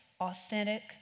authentic